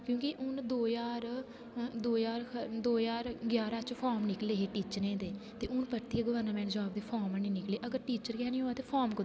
क्योंकि हून दो ज्हार ग्यारां च फार्म निकले हे टीचरें दे ते हून परतियै बी नमें जाॅव दे फार्म है नी निकले अगर टीचर गै नेई होऐ ते फार्म